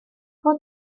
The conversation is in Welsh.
rho